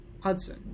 Hudson